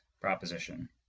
proposition